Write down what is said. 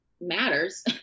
matters